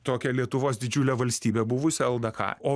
tokią lietuvos didžiulę valstybę buvusią ldk o